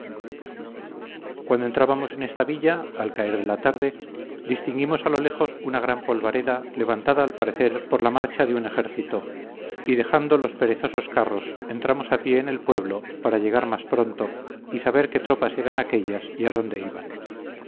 cuando entrábamos en esta villa al caer de la tarde distinguimos a lo lejos una gran polvareda levantada al parecer por la marchade un ejército y dejando los perezosos carros entramos a pie en el pueblo para llegar más pronto y saber qué tropas eran aquellas y a dónde iban